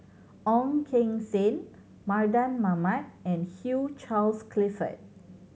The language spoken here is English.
Ong Keng Sen Mardan Mamat and Hugh Charles Clifford